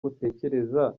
utekereza